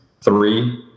Three